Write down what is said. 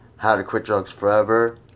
howtoquitdrugsforever